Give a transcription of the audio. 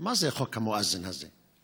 מה זה חוק המואזין הזה?